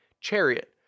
Chariot